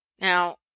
Now